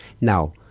Now